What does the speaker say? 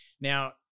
Now